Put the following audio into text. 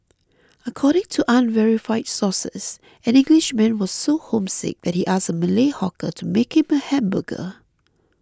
according to unverified sources an Englishman was so homesick that he asked a Malay hawker to make him a hamburger